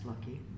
lucky